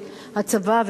הצבא,